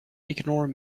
ignore